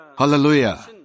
Hallelujah